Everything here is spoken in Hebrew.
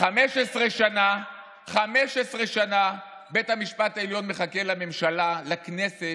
15 שנה בית המשפט העליון מחכה לממשלה, לכנסת,